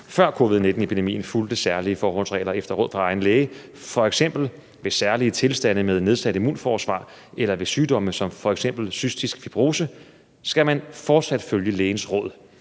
før COVID-19 epidemien fulgte særlige forholdsregler efter råd fra sin læge, fx ved særlige tilstande med nedsat immunforsvar eller ved sygdomme som fx cystisk fibrose, skal man fortsat følge lægens råd.